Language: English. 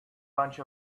bunch